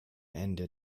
ende